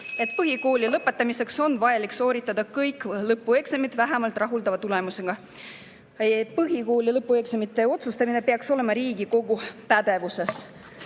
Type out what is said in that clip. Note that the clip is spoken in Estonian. põhikooli lõpetamiseks on vajalik sooritada kõik lõpueksamid vähemalt rahuldava tulemusega. Põhikooli lõpueksamite üle otsustamine peaks olema Riigikogu pädevuses. Miks